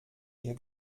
ihr